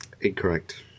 incorrect